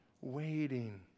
waiting